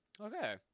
Okay